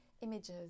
images